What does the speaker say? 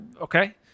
okay